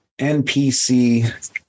NPC